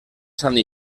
sant